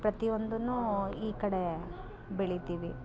ಪ್ರತಿಯೊಂದನ್ನು ಈ ಕಡೆ ಬೆಳಿತೀವಿ